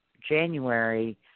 January